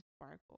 sparkle